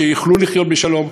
שיוכלו לחיות בשלום.